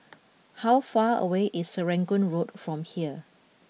how far away is Serangoon Road from here